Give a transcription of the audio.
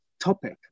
topic